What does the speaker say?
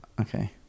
okay